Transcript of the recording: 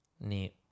Neat